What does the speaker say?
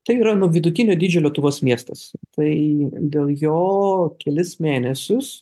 tai yra na vidutinio dydžio lietuvos miestas tai dėl jo kelis mėnesius